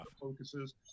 focuses